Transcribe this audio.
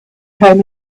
home